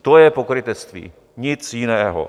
To je pokrytectví, nic jiného.